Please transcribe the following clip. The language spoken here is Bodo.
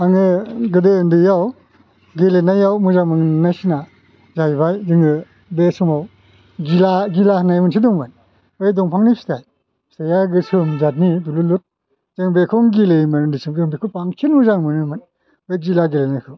आङो गोदो उन्दैआव गेलेनायाव मोजां मोननायसिना जाहैबाय जोङो बे समाव गिला गिला होननाय मोनसे दंमोन बे दंफांनि फिथाइ फिथाइआ गोसोम जाथनि दुलुर लुर जों बेखौनो गेलेयोमोन उन्दै समाव जों बेखौ बांसिन मोजां मोनोमोन बे गिला गेलेनायखौ